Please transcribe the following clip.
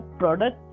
product